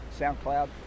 SoundCloud